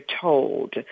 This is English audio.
told